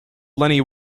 lenny